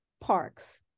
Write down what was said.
parks